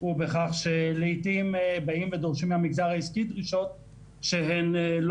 הוא בכך שלעתים באים ודורשים מהמגזר העסקי דרישות שהן לא